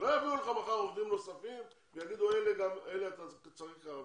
לא יביאו לך מחר עובדים נוספים ויגידו שאלה אתה צריך ככה וככה.